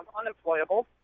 unemployable